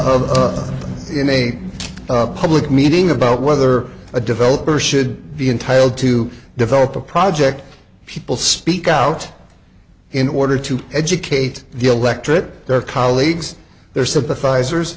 in a public meeting about whether a developer should be entitled to develop a project people speak out in order to educate the electorate their colleagues their sympathizers